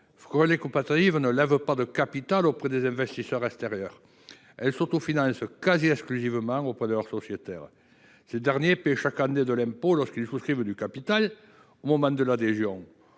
les coopératives ne lèvent pas de capital auprès des investisseurs extérieurs. Elles s’autofinancent quasi exclusivement auprès de leurs sociétaires. Ces derniers paient chaque année de l’impôt lorsqu’ils souscrivent du capital – au moment de l’adhésion